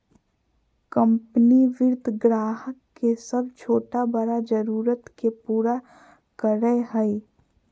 company वित्त ग्राहक के सब छोटा बड़ा जरुरत के पूरा करय हइ